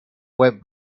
web